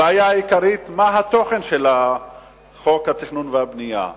הבעיה העיקרית, מה התוכן של חוק התכנון והבנייה.